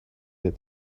that